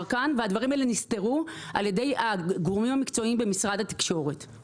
כאן והדברים האלה נסתרו על ידי הגורמים המקצועיים במשרד התקשורת,